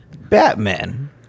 Batman